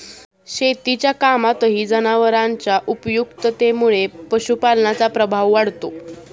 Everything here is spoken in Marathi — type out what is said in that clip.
शेतीच्या कामातही जनावरांच्या उपयुक्ततेमुळे पशुपालनाचा प्रभाव वाढतो